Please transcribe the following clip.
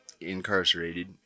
incarcerated